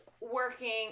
working